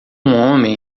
homem